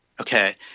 Okay